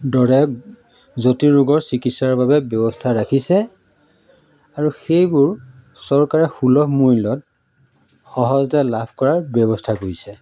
দৰে জটিল ৰোগৰ চিকিৎসাৰ বাবে ব্যৱস্থা ৰাখিছে আৰু সেইবোৰ চৰকাৰে সুলভ মূল্যত সহজতে লাভ কৰাৰ ব্যৱস্থা কৰিছে